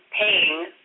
paying